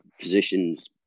Positions